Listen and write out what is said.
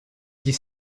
dix